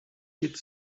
its